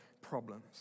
problems